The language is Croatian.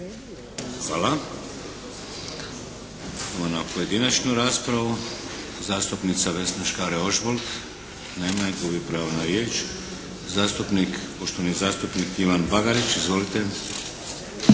Hvala. Idemo na pojedinačnu raspravu. Zastupnica Vesna Škare Ožbolt. Nema je. Gubi pravo na riječ. Poštovani zastupnik Ivan Bagarić. Izvolite.